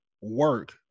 work